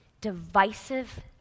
divisive